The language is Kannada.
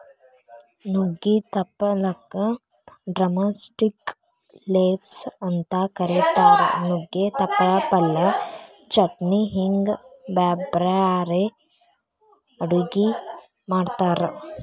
ನುಗ್ಗಿ ತಪ್ಪಲಕ ಡ್ರಮಸ್ಟಿಕ್ ಲೇವ್ಸ್ ಅಂತ ಕರೇತಾರ, ನುಗ್ಗೆ ತಪ್ಪಲ ಪಲ್ಯ, ಚಟ್ನಿ ಹಿಂಗ್ ಬ್ಯಾರ್ಬ್ಯಾರೇ ಅಡುಗಿ ಮಾಡ್ತಾರ